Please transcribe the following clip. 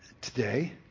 today